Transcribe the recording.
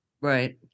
right